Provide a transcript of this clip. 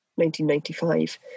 1995